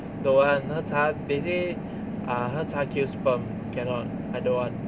don't want 喝茶 they say ah 喝茶 kills sperm cannot I don't want